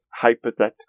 hypothetical